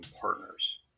partners